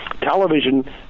television